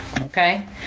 Okay